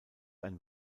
ein